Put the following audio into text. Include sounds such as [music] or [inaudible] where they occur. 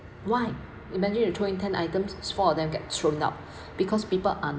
why imagine you throwing ten items four of them get thrown out [breath] because people are